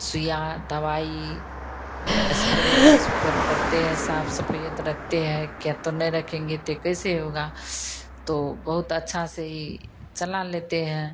सुइयाँ दवाई एस्प्रे इस पर करते हैं साफ सफइयत रखते हैं के तो नहीं रखेंगे तो यह कैसे होगा तो बहुत अच्छा से ही चला लेते हैं